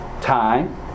Time